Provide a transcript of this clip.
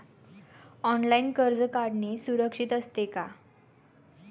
Online कर्ज काढणे सुरक्षित असते का?